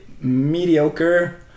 mediocre